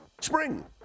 spring